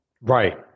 Right